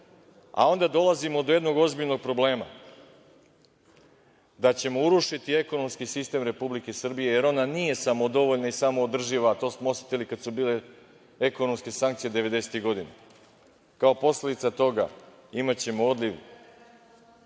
a onda dolazimo do jednog ozbiljnog problema – da ćemo urušiti ekonomski sistem Republike Srbije, jer ona nije samodovoljna i samoodrživa. To smo osetili kad su bile ekonomske sankcije devedesetih godina. Kao posledica toga imaćemo odliv